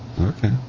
Okay